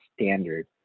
standard